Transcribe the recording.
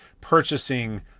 purchasing